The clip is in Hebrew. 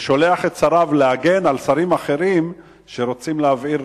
ושולח את שריו להגן על שרים אחרים שרוצים להבעיר,